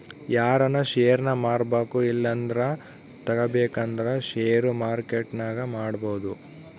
ಯಾರನ ಷೇರ್ನ ಮಾರ್ಬಕು ಇಲ್ಲಂದ್ರ ತಗಬೇಕಂದ್ರ ಷೇರು ಮಾರ್ಕೆಟ್ನಾಗ ಮಾಡ್ಬೋದು